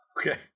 Okay